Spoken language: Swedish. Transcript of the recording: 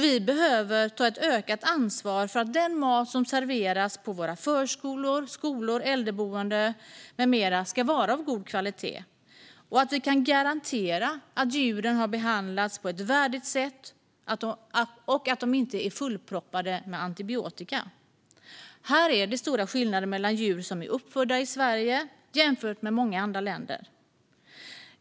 Vi behöver ta ett ökat ansvar för att den mat som serveras på våra förskolor, skolor, äldreboenden med mera är av god kvalitet. Vi ska också kunna garantera att djuren har behandlats på ett värdigt sätt och att de inte är fullproppade med antibiotika. Här är det stora skillnader mellan djur som är uppfödda i Sverige och djur i många andra länder.